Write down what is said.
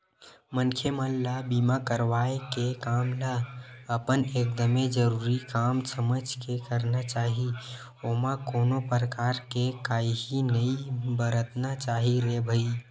मनखे मन ल बीमा करवाय के काम ल अपन एकदमे जरुरी काम समझ के करना चाही ओमा कोनो परकार के काइही नइ बरतना चाही रे भई